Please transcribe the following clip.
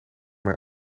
hij